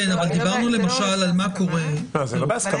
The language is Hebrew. בידוד בית זה לא בהסכמה.